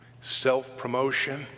self-promotion